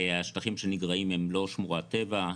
השטחים שנגרעים הם לא שמורת טבע,